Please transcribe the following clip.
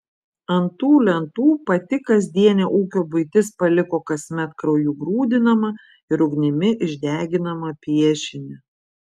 ant tų lentų pati kasdienė ūkio buitis paliko kasmet krauju grūdinamą ir ugnimi išdeginamą piešinį